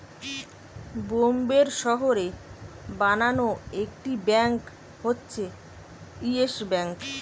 বোম্বের শহরে বানানো একটি ব্যাঙ্ক হচ্ছে ইয়েস ব্যাঙ্ক